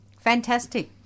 Fantastic